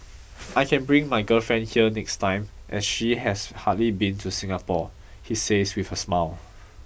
I can bring my girlfriend here next time as she has hardly been to Singapore he says with a smile